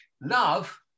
Love